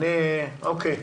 אוקיי.